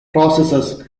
processes